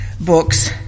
books